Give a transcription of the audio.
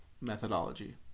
methodology